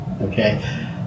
okay